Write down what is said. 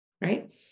right